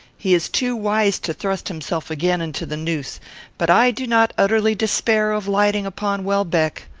he is too wise to thrust himself again into the noose but i do not utterly despair of lighting upon welbeck.